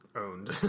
owned